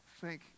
Thank